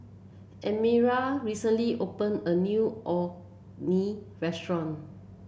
Elmira recently opened a new Orh Nee Restaurant